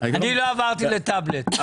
אני לא עברתי לטבלט.